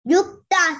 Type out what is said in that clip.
Yukta